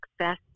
success